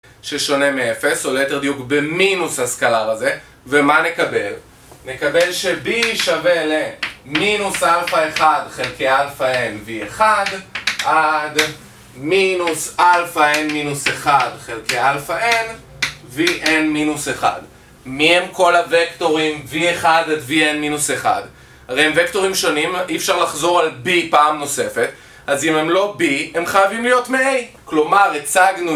ששונה מאפס, או ליתר דיוק במינוס הסקלר הזה ומה נקבל? נקבל שבי שווה למינוס אלפא אחד חלקי אלפא n v1 עד מינוס אלפא n מינוס 1 חלקי אלפא n vn מינוס 1 מי הם כל הוקטורים v1 עד vn מינוס 1? הרי הם וקטורים שונים, אי אפשר לחזור על בי פעם נוספת אז אם הם לא בי, הם חייבים להיות מ-a כלומר, הצגנו...